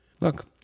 Look